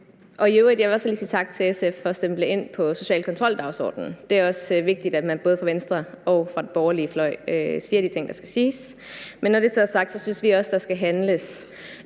vil i øvrigt også lige sige tak til SF for at stemple ind på social kontrol-dagsordenen. Det er også vigtigt, at man både fra den venstre side og fra den borgerlige fløj siger de ting, der skal siges. Men når det så er sagt, synes vi også, der skal handles.